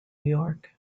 york